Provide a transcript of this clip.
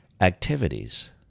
activities